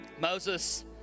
Moses